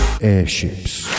Airships